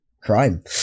crime